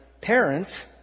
parents